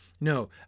no